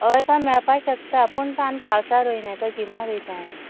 हय तो मेळपाक शकता पूण तो आमी पावसान रयनाय तो गिमान रयताय आमी